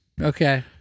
Okay